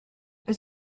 elle